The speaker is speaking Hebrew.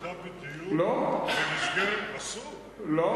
הם עושים את אותה עבודה בדיוק במסגרת, לא.